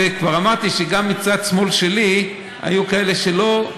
כבר אמרתי שגם מצד שמאל שלי היו כאלה שלא,